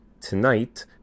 tonight